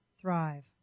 thrive